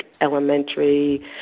elementary